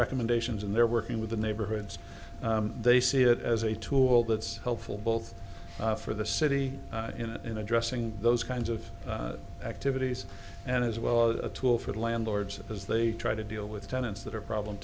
recommendations and they're working with the neighborhoods they see it as a tool that's helpful both for the city you know in addressing those kinds of activities and as well as a tool for the landlords as they try to deal with tenants that are problem